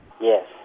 Yes